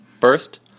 First